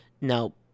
Now